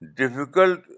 difficult